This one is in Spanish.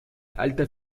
alta